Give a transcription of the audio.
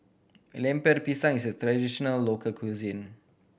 Lemper Pisang is a traditional local cuisine